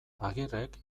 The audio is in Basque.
agirrek